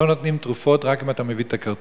לא נותנים תרופות, רק אם אתה מביא את הכרטיס.